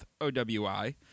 OWI